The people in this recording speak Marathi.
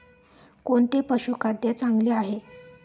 कोणते पशुखाद्य चांगले आहे?